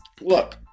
look